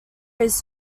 his